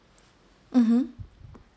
mmhmm